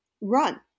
run